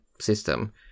system